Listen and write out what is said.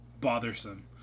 bothersome